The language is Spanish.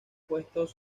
puestos